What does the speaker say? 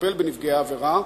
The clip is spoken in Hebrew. שמטפל בנפגעי העבירה,